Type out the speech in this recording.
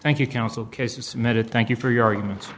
thank you counsel cases submitted thank you for your arguments